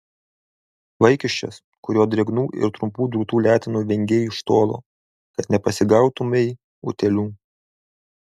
vaikiščias kurio drėgnų ir trumpų drūtų letenų vengei iš tolo kad nepasigautumei utėlių